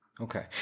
Okay